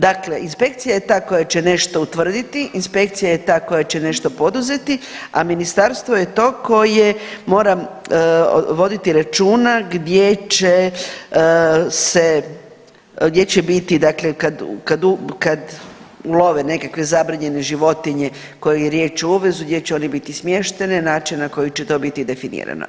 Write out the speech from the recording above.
Dakle inspekcija je ta koja će nešto utvrditi, inspekcija je ta koja će nešto poduzeti, a Ministarstvo je to koje mora voditi računa gdje će se, gdje će biti, dakle kad ulove nekakve zabranjene životinje koje riječ o uvozu, gdje će one biti smještene, način na koji će to biti definirano.